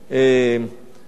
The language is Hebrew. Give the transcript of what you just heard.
יותר נכון,